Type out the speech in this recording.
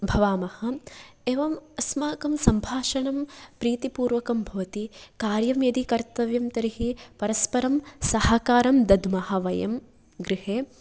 भवामः एवम् अस्माकं सम्भाषणं प्रीतिपूर्वकं भवति कार्यं यदि कर्तव्यं तर्हि परस्परं सहकारं दद्मः वयं गृहे